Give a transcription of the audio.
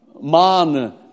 man